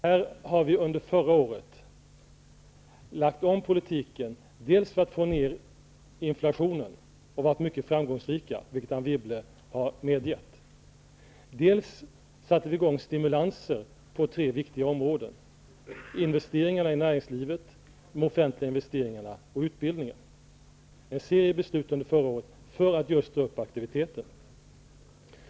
Här har vi under förra året dels lagt om politiken för att få ner inflationen och varit mycket framgångsrika, vilket Anne Wibble har medgett, dels satt i gång stimulanser på tre viktiga områden, nämligen investeringarna i näringslivet, de offentliga investeringarna och utbildningen. Vi fattade en serie beslut förra året för att dra upp aktiviteten.